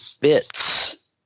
bits